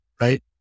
right